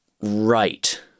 Right